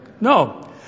No